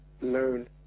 learn